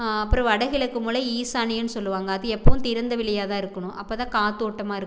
அப்புறோம் வடக்கிழக்கு மூலை ஈசானியம்னு சொல்லுவாங்க அது எப்பவும் திறந்த வெளியாக தான் இருக்கணும் அப்போ தான் காற்றோட்டமா இருக்கும்